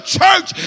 church